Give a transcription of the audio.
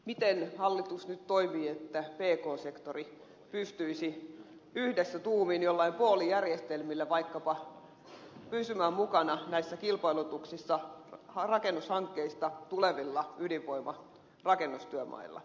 miten hallitus nyt toimii että pk sektori pystyisi yksissä tuumin vaikkapa joillakin poolijärjestelmillä pysymään mukana näissä kilpailutuksissa rakennushankkeista tulevilla ydinvoimarakennustyömailla